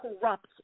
corrupt